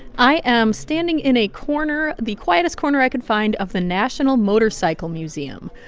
i am standing in a corner, the quietest corner i could find, of the national motorcycle museum,